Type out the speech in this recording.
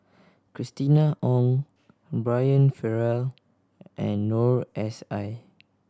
Christina Ong Brian Farrell and Noor S I